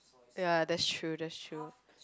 ya that's true that's true